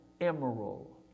emerald